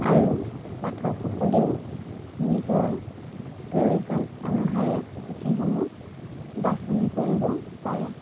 আৰু পাঠকসকলেও নিজৰ প্ৰয়োজন অনুসাৰে পুথিসমূহ বাছনি কৰিব পাৰে